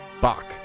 Bach